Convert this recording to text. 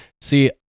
See